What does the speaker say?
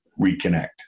reconnect